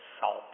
salt